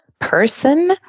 person